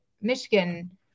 Michigan